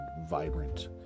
vibrant